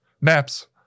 naps